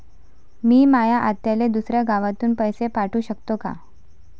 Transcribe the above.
मी माया आत्याले दुसऱ्या गावातून पैसे पाठू शकतो का?